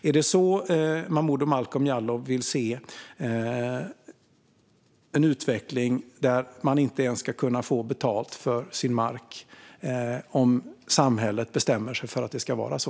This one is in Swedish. Vill Momodou Malcolm Jallow se en utveckling där man inte längre ens ska kunna få betalt för sin mark om samhället bestämmer sig för att det ska vara så?